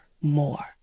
more